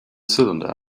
cylinder